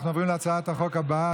עוברים להצעת החוק הבאה,